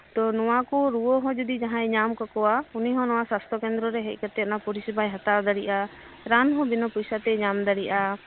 ᱛᱚ ᱱᱚᱣᱟ ᱠᱚ ᱨᱩᱣᱟᱹ ᱦᱚᱸ ᱡᱩᱫᱤ ᱡᱟᱦᱟᱸᱭ ᱧᱟᱢ ᱠᱟᱠᱚᱣᱟ ᱩᱱᱤ ᱦᱚᱸ ᱱᱚᱣᱟ ᱥᱟᱥᱛᱚ ᱠᱮᱱᱫᱽᱨᱚ ᱨᱮ ᱦᱮᱡ ᱠᱟᱛᱮᱡ ᱚᱱᱟ ᱯᱚᱨᱤᱥᱮᱵᱟᱭ ᱦᱟᱛᱟᱣ ᱫᱟᱲᱮᱭᱟᱜᱼᱟ ᱨᱟᱱ ᱦᱚᱸ ᱵᱤᱱᱟᱹ ᱯᱚᱭᱥᱟᱛᱮ ᱧᱟᱢ ᱫᱟᱲᱮᱭᱟᱜᱼᱟ